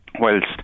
whilst